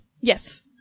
Yes